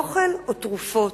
אוכל או תרופות.